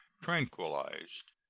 tranquilized.